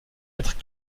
être